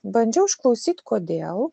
bandžiau išklausyt kodėl